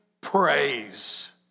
Praise